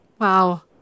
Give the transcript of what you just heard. Wow